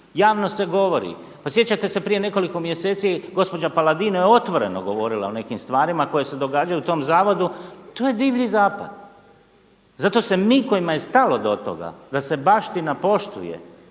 javno se govori, pa sjećate se prije nekoliko mjeseci gospođa Paladin je otvoreno govorila o nekim stvarima koje se događaju u tom zavodu. To je divlji zapad. Zato se mi kojima je stalo do toga da se baština poštuje,